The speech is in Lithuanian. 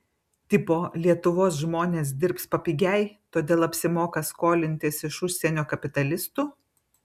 tipo lietuvos žmonės dirbs papigiai todėl apsimoka skolintis iš užsienio kapitalistų